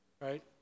right